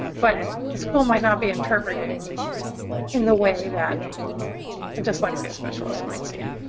but the school might not be interpreting in the way that a dyslexia specialist might see it.